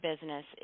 business